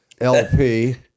LP